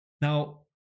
Now